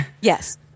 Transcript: Yes